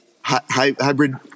hybrid